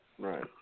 Right